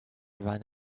rewind